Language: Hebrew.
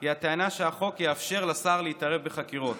היא הטענה שהחוק יאפשר לשר להתערב בחקירות.